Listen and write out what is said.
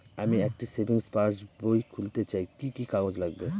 আমি একটি সেভিংস পাসবই খুলতে চাই কি কি কাগজ লাগবে?